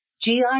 GI